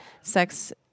sex